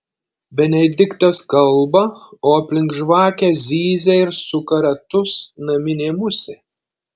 benediktas kalba o aplink žvakę zyzia ir suka ratus naminė musė